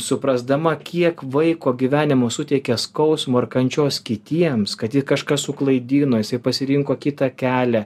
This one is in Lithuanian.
suprasdama kiek vaiko gyvenimo suteikia skausmo ir kančios kitiems kažkas suklaidino jisai pasirinko kitą kelią